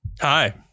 Hi